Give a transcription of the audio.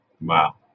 Wow